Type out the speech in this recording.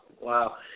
Wow